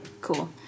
Cool